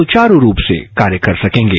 सुचारु रूप से कार्य कर सकेंगे